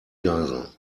geiseln